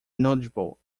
knowledgeable